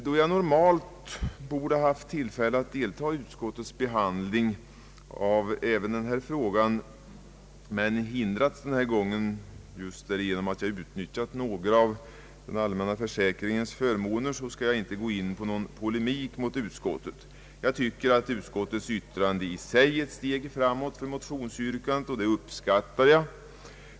Då jag normalt borde ha haft tillfälle att delta i utskottets behandling av även denna fråga, men hindrats av att jag just utnyttjat några av den allmänna försäkringens förmåner, skall jag inte gå in på någon polemik med utskottet. Jag anser att utskottets yttrande i sig är ett steg framåt för motionsyrkandet, och det uppskattar jag.